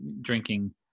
drinking